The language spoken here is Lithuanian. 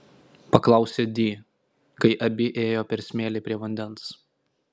paklausė di kai abi ėjo per smėlį prie vandens